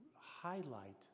highlight